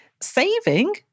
Saving